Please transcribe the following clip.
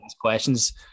questions